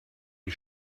die